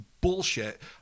bullshit